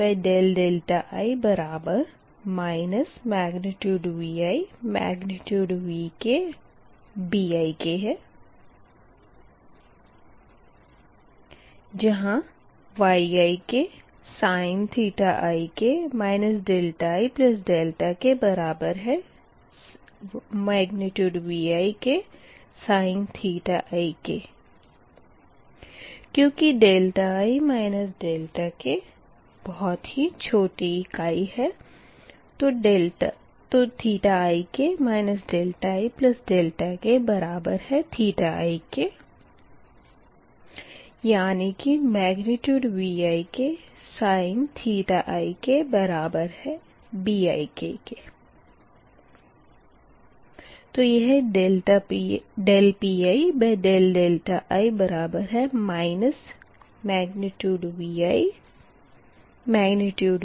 जहाँ Yiksin ik ik बराबर है Yiksin क्यूँकि i k बहुत ही छोटी इकाई है तो ik ikik यानी कि Yiksin Bik तो यह Pii ViVkBik होगा